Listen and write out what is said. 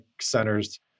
centers